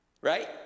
right